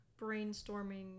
brainstorming